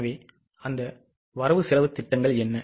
எனவே அந்த வரவு செலவுத் திட்டங்கள் என்ன